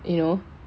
you know